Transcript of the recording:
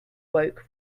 woke